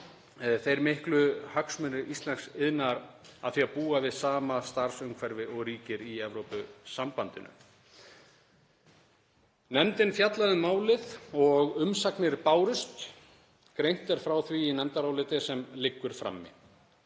þeir miklu hagsmunir íslensks iðnaðar af því að búa við sama starfsumhverfi og ríkir í Evrópusambandinu. Nefndin fjallaði um málið og umsagnir bárust. Greint er frá því í nefndaráliti sem liggur frammi.